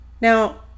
now